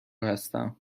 هستم